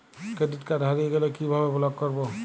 Credit card হারিয়ে গেলে কি ভাবে ব্লক করবো?